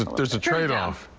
there's a trade-off.